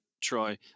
Troy